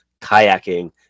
kayaking